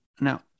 now